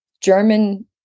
German